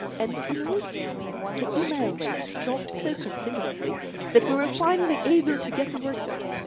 and, in a week's time, the email rate dropped so considerably that we were finally able to get the work done.